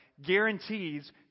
Guarantees